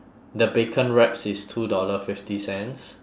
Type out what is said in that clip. the bacon wraps is two dollar fifty cents